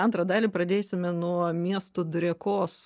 antrą dalį pradėsime nuo miesto drėkos